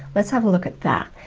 let's have a look at that.